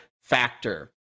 Factor